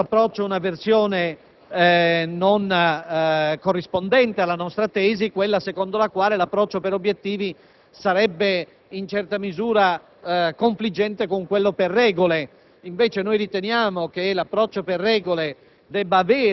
In terzo luogo, una serie di emendamenti è rivolta più generalmente a quell'approccio - che abbiamo considerato doversi privilegiare - per obiettivi.